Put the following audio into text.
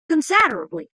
considerably